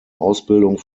ausbildung